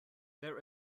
there